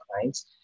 clients